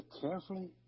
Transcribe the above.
carefully